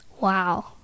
Wow